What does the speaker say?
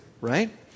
Right